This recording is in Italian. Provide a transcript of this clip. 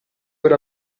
per